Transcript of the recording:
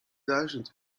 duizend